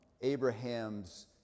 Abraham's